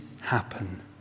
happen